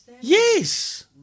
Yes